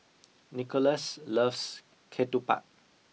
Nicolas loves ketupat